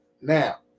Now